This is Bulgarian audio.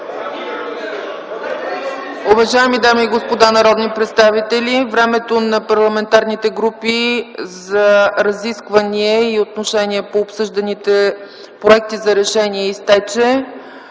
Уважаеми дами и господа народни представители, времето на парламентарните групи за разисквания и отношение по обсъжданите проекти за решения изтече.